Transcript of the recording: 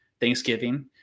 Thanksgiving